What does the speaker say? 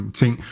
ting